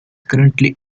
currently